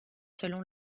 selon